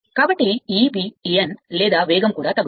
కాబట్టి Eb n లేదా వేగం కూడా తగ్గుతుంది